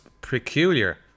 peculiar